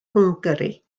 hwngari